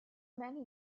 many